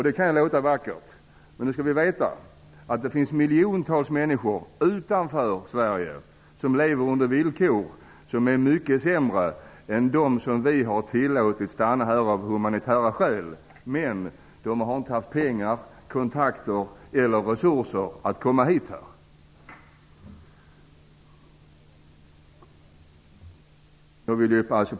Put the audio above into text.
Det kan låta vackert, men vi skall veta att det finns miljontals människor utanför Sverige som lever under mycket sämre villkor än de människor som vi har tillåtit stanna här av humanitära skäl. Men dessa människor har inte haft pengar, kontakter eller andra resurser för att kunna ta sig hit.